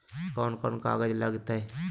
कौन कौन कागज लग तय?